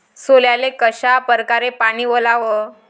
सोल्याले कशा परकारे पानी वलाव?